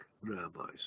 rabbis